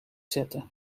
zetten